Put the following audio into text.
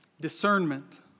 Discernment